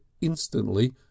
instantly